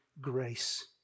grace